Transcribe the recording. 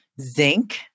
zinc